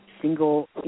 single